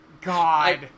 God